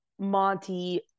monty